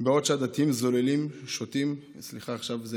בעוד שהדתיים זוללים, שותים" וסליחה, עכשיו זה